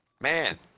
Man